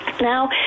Now